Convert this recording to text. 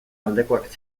aldekoak